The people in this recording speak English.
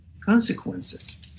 consequences